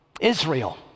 Israel